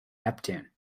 neptune